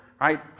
right